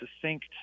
succinct